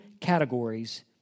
categories